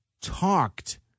talked